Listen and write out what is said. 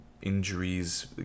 injuries